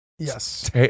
yes